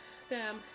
sam